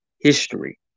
history